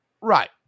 Right